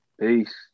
Peace